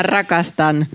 rakastan